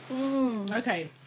okay